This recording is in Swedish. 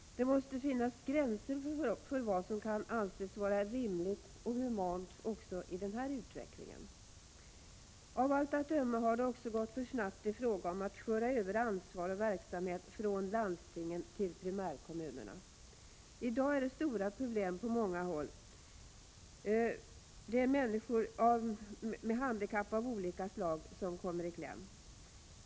Det måste finnas gränser för vad som kan anses vara rimligt och humant också i den här utvecklingen. Av allt att döma har det också gått för snabbt i fråga om att föra över ansvar och verksamhet från landstingen till primärkommunerna. I dag finns det stora problem på många håll. Det är människor med handikapp av olika slag som kommer i kläm.